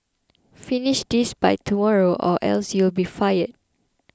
finish this by tomorrow or else you'll be fired